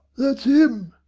that's im!